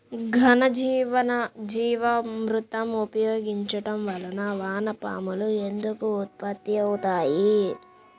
ఘనజీవామృతం ఉపయోగించటం వలన వాన పాములు ఎందుకు ఉత్పత్తి అవుతాయి?